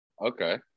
Okay